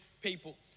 people